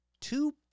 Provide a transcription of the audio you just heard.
two